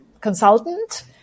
consultant